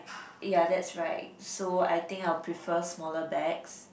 ya that's right so I think I will prefer smaller bags